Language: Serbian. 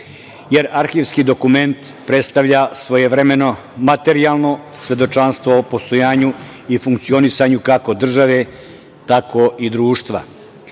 jer arhivski dokument predstavlja svojevremeno materijalno svedočanstvo o postojanju i funkcionisanju kako države, tako i društva,